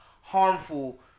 harmful